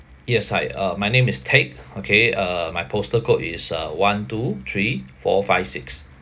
yes hi uh my name is teck okay uh my postal code is uh one two three four five six